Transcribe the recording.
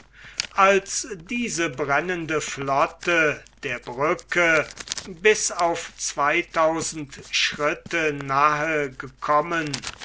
als diese brennende flotte der brücke bis auf zweitausend schritte nahe gekommen